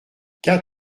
quatre